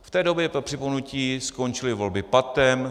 V té době, pro připomenutí, skončily volby patem.